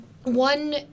One